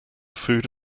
food